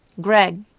Greg